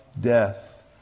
death